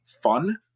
fun